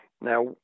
Now